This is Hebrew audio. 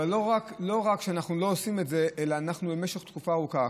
אבל לא רק שאנחנו לא עושים את זה אלא אנחנו במשך תקופה ארוכה,